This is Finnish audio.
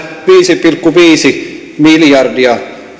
viisi pilkku viisi miljardia